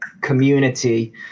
community